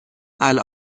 ستاره